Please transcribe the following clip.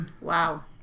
Wow